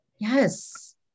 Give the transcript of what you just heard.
Yes